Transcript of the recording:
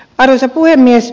arvoisa puhemies